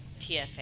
TFA